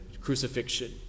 crucifixion